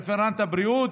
רפרנט הבריאות,